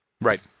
Right